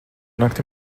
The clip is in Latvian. nakti